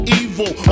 evil